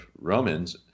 Romans